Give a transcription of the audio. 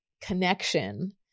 connection